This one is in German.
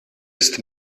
ist